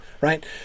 right